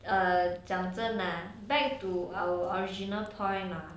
err 讲真的 back to our original point hor